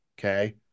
Okay